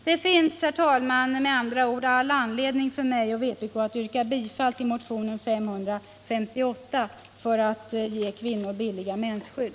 Det finns, herr talman, med andra ord all anledning för mig och vpk att yrka bifall till motionen 558 för att ge kvinnor billiga mensskydd.